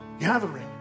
gathering